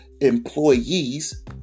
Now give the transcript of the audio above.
employees